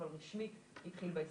אבל רשמית זה התחיל ב-23.